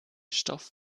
stoff